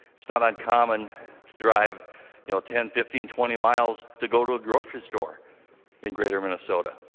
it's not uncommon to drive you know ten fifteen twenty miles to go to a grocery store in greater minnesota.